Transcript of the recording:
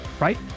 right